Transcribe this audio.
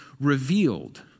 revealed